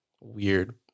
weird